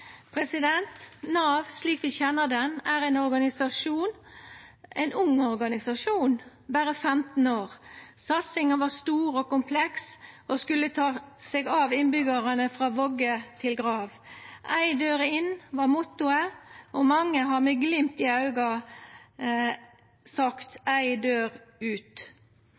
Nav slik vi kjenner det er ein ung organisasjon, berre 15 år. Satsinga var stor og kompleks og skulle ta seg av innbyggjarane frå vogge til grav. Éi dør inn var mottoet, og mange har med glimt i auget sagt éi dør ut.